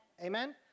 Amen